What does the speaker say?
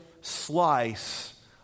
slice